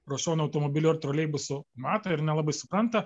pro šoną automobiliu ar troleibusu mato ir nelabai supranta